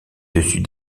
dessus